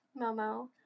Momo